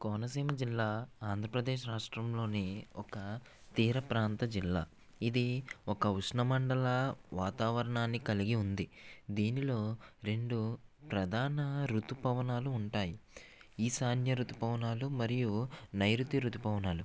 కోనసీమ జిల్లా ఆంధ్రప్రదేశ్ రాష్ట్రంలోని ఒక తీర ప్రాంత జిల్లా ఇది ఒక ఉష్ణ మండల వాతావరణాన్ని కలిగి ఉంది దీనిలో రెండు ప్రధాన ఋతుపవనాలు ఉంటాయి ఈశాన్య ఋతుపవనాలు మరియు నైరుతి ఋతుపవనాలు